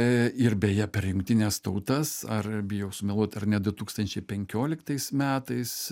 e ir beje per jungtines tautas ar bijau sumeluot ar net du tūkstančiai penkioliktais metais